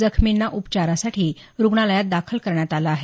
जखमींना उपचारांसाठी रुग्णालयांत दाखल करण्यात आलं आहे